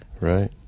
Right